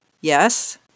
Yes